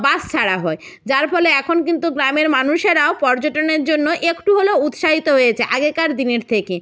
বাস ছাড়া হয় যার ফলে এখন কিন্তু গ্রামের মানুষেরাও পর্যটনের জন্য একটু হলেও উৎসাহিত হয়েছে আগেকার দিনের থেকে